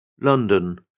London